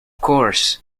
course